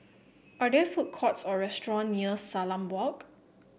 are there food courts or restaurant near Salam Walk